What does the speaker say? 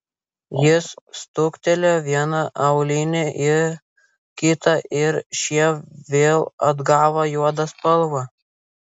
jis stuktelėjo vieną aulinį į kitą ir šie vėl atgavo juodą spalvą